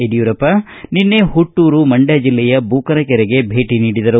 ಯಡಿಯೂರಪ್ಪ ನಿನ್ನೆ ಹುಟ್ಟೂರು ಮಂಡ್ಯ ಜಿಲ್ಲೆಯ ಬೂಕನಕೆರೆಗೆ ಭೇಟಿ ನೀಡಿದರು